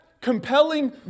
compelling